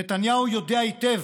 נתניהו יודע היטב